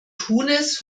tunis